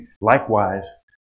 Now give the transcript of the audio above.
Likewise